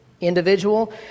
individual